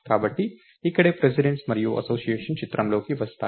కాబట్టి ఇక్కడే ప్రిసిడెన్స్ మరియు అసోసియేషన్ చిత్రంలోకి వస్తాయి